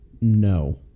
No